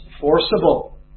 forcible